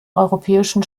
europäischen